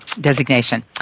designation